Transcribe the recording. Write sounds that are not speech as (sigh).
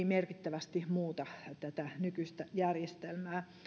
(unintelligible) merkittävästi muuta tätä nykyistä järjestelmää